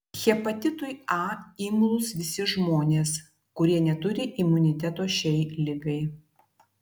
hepatitui a imlūs visi žmonės kurie neturi imuniteto šiai ligai